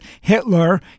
Hitler